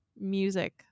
music